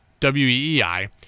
WEEI